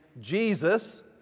Jesus